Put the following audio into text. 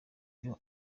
byo